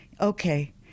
Okay